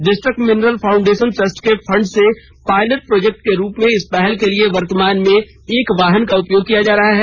district mineral foundation trust के fund से pilot project के रूप में इस पहल के लिए वर्तमान में एक वाहन का उपयोग किया जा रहा है